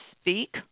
speak